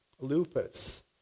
lupus